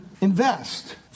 invest